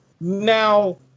now